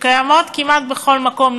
שקיימות כמעט בכל מקום.